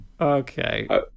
Okay